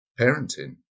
parenting